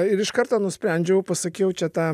ir iš karto nusprendžiau pasakiau čia tą